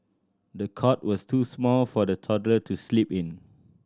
the cot was too small for the toddler to sleep in